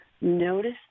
notice